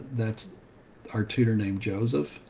that's our tutor named joseph.